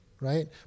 right